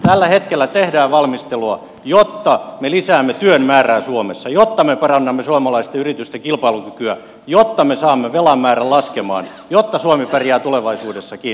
tällä hetkellä tehdään valmistelua jotta me lisäämme työn määrää suomessa jotta me parannamme suomalaisten yritysten kilpailukykyä jotta me saamme velan määrän laskemaan jotta suomi pärjää tulevaisuudessakin